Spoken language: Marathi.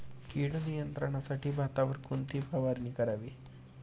कीड नियंत्रणासाठी भातावर कोणती फवारणी करावी?